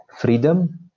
freedom